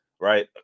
right